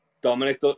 Dominic